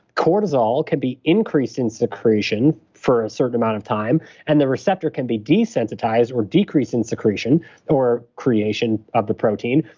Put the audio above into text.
cortisol can be increased in secretion for a certain amount of time, and the receptor can be desensitized, or decrease in secretion or creation of the protein.